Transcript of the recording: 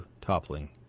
toppling